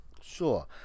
Sure